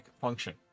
function